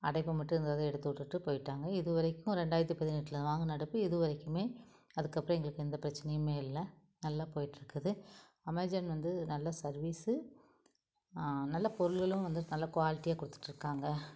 அடைப்பை மட்டும் இருந்ததை எடுத்துவிட்டுட்டு போய்ட்டாங்க இது வரைக்கும் ரெண்டாயிரத்தி பதினெட்டில் வாங்கின அடுப்பு இது வரைக்குமே அதுக்கப்புறம் எங்களுக்கு எந்த பிரச்சனையுமே இல்லை நல்லா போயிகிட்ருக்குது அமேசான் வந்து நல்லா சர்வீஸு நல்லா பொருள்களும் வந்து நல்லா குவாலிட்டியாக கொடுத்துட்ருக்காங்க